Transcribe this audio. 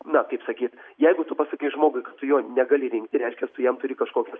na kaip sakyt jeigu tu pasakei žmogui tu jo negali rinkti reiškia tu jam turi kažkokias